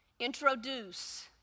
introduce